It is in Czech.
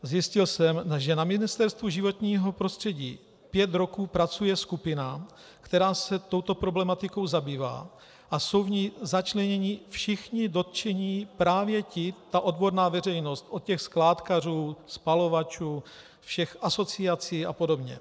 Zjistil jsem, že na Ministerstvu životního prostředí pět roků pracuje skupina, která se touto problematikou zabývá a jsou v ní začleněni všichni dotčení, právě ta odborná veřejnost, od skládkařů, spalovačů, všech asociací a podobně.